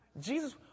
Jesus